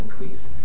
increase